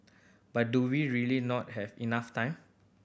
but do we really not have enough time